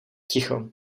ticho